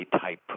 type